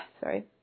sorry